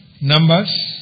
Numbers